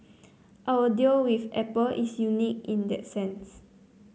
our deal with Apple is unique in that sense